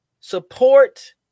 Support